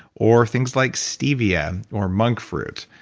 or things like stevia or monk fruit,